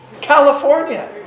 California